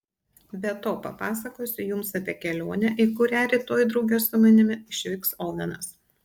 be to papasakosiu jums apie kelionę į kurią rytoj drauge su manimi išvyks ovenas